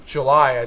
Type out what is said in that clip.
July